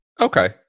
Okay